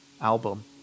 album